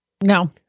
No